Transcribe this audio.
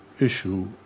issue